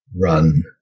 run